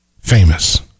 famous